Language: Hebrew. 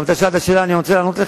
גם אתה שאלת שאלה, ואני רוצה לענות לך.